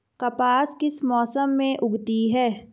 कपास किस मौसम में उगती है?